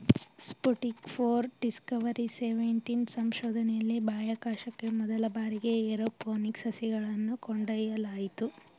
Sputnik four, discovery seventeen ಸಂಶೋಧನೆಯಲ್ಲಿ ಬಾಹ್ಯಾಕಾಶಕ್ಕೆ ಮೊದಲ ಬಾರಿಗೆ ಏರೋಪೋನಿಕ್ ಸಸಿಗಳನ್ನು ಕೊಂಡೊಯ್ಯಲಾಯಿತು